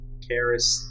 Karis